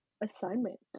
assignment